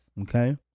Okay